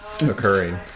occurring